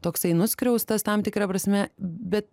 toksai nuskriaustas tam tikra prasme bet